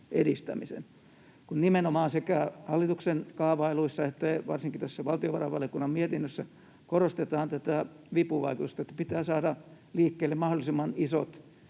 edistämisen.” Nimenomaan sekä hallituksen kaavailuissa että varsinkin tässä valtiovarainvaliokunnan mietinnössä korostetaan tätä vipuvaikutusta, että pitää saada liikkeelle mahdollisimman isot